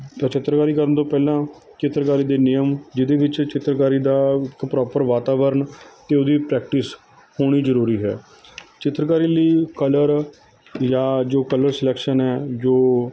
ਪਰ ਚਿੱਤਰਕਾਰੀ ਕਰਨ ਤੋਂ ਪਹਿਲਾਂ ਚਿੱਤਰਕਾਰੀ ਦੇ ਨਿਯਮ ਜਿਹਦੇ ਵਿੱਚ ਚਿੱਤਰਕਾਰੀ ਦਾ ਇੱਕ ਪ੍ਰੋਪਰ ਵਾਤਾਵਰਨ ਅਤੇ ਉਹਦੀ ਪ੍ਰੈਕਟਿਸ ਹੋਣੀ ਜ਼ਰੂਰੀ ਹੈ ਚਿੱਤਰਕਾਰੀ ਲਈ ਕਲਰ ਜਾਂ ਜੋ ਕਲਰ ਸਲੈਕਸ਼ਨ ਹੈ ਜੋ